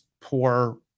poor